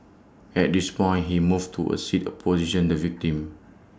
at this point he moved to A seat opposition the victim